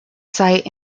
site